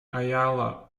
ayala